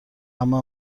اما